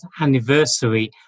anniversary